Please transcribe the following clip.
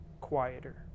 quieter